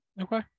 Okay